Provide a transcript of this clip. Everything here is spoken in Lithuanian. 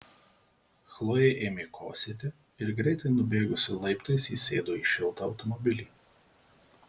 chlojė ėmė kosėti ir greitai nubėgusi laiptais įsėdo į šiltą automobilį